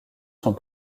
sont